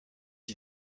qui